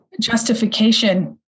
justification